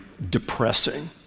depressing